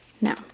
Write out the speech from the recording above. Now